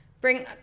Bring